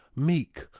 meek,